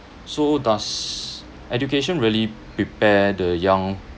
so does education really prepare the young